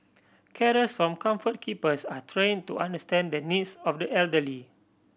carers from Comfort Keepers are train to understand the needs of the elderly